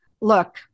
Look